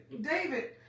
David